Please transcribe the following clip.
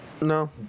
no